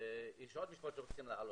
יש עוד משפחה שרוצה לעלות,